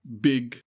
big